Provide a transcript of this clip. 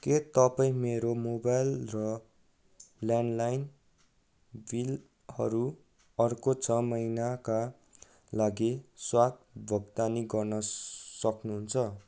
के तपाईँ मेरो मोबाइल र ल्यान्डलाइन बिलहरू अर्को छ महिनाका लागि स्वात् भोक्तानी गर्न सक्नुहुन्छ